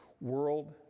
world